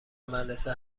مدرسه